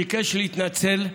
ביקש להתנצל.